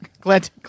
glad